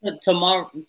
Tomorrow